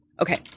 Okay